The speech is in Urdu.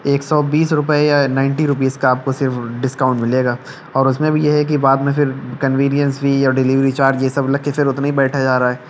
ایک سو بیس روپئے یا نائنٹی روپیز کا آپ کو صرف ڈسکاؤنٹ ملے گا اور اس میں بھی یہ ہے کہ بعد میں پھر کنوینینس فی اور ڈلیوری چارج یہ سب لگ کے پھر اتنے ہی بیٹھا جا رہا ہے